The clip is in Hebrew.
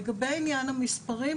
לגבי עניין המספרים,